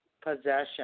possession